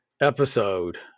episode